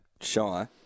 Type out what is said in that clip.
Shy